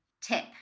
tip